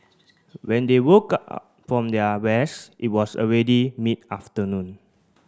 when they woke up from their rest it was already mid afternoon